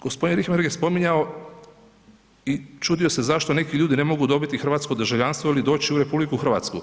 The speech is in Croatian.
Gospodin Richembergh je spominjao i čudio se zašto neki ljudi ne mogu dobiti hrvatskog državljanstvo ili doći u RH.